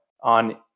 on